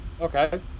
okay